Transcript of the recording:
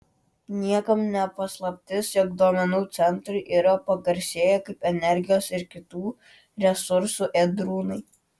niekam ne paslaptis jog duomenų centrai yra pagarsėję kaip energijos ir kitų resursų ėdrūnai